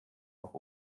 auch